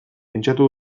pentsatu